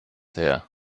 her